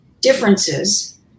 differences